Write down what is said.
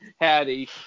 Hattie